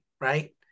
right